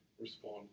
respond